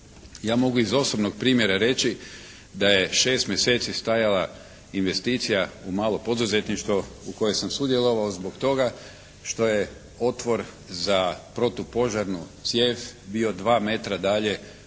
Ja mogu iz osobnog primjera reći da je 6 mjeseci stajala investicija u malo poduzetništvo u kojem sam sudjelovao zbog toga što je otvor za protupožarnu cijev bio 2 metra dalje